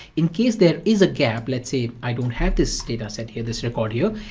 in case there is a gap, let's say i don't have this data set here, this record here,